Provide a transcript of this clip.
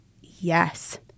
Yes